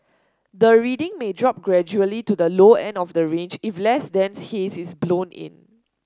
the reading may drop gradually to the low end of the range if less dense haze is blown in